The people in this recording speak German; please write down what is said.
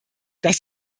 dass